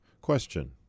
Question